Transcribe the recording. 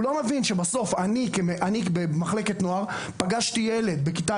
הוא לא מבין שבסוף אני במחלקת נוער פגשתי ילד בכיתה